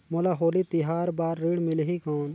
मोला होली तिहार बार ऋण मिलही कौन?